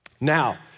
Now